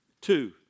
Two